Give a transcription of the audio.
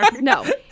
no